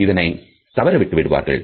சிலர் இதனை தவற விட்டு விடுவார்கள்